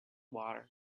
water